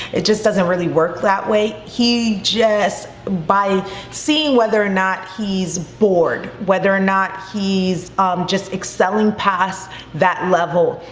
it just doesn't really work that way. he just by seeing whether or not he's bored, whether or not he's just excelling past that level.